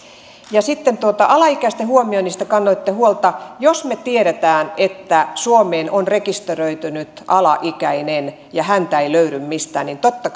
sitten alaikäisten huomioinnista kannoitte huolta jos me tiedämme että suomeen on rekisteröitynyt alaikäinen ja häntä ei löydy mistään niin totta